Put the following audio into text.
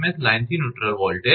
s લાઇનથી neutral વોલ્ટેજr